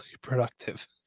productive